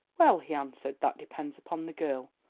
well, he answered, that depends upon the girl.